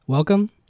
Welcome